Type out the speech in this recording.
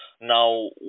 Now